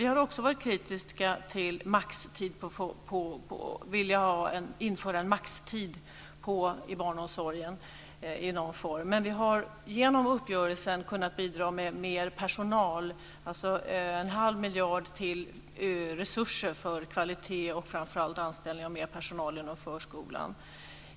Vi har också varit kritiska till att införa en maxtid i barnomsorgen. Vi har genom uppgörelsen kunnat bidra till mer personal, dvs. en halv miljard till resurser för kvalitet och framför allt anställning av mer personal inom förskolan.